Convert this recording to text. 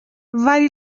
ولی